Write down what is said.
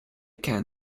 can